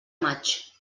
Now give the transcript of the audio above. maig